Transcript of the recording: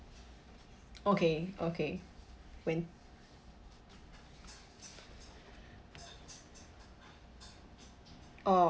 okay okay when oh